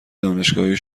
دانشگاهی